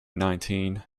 nineteen